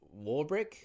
Warbrick